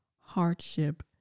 hardship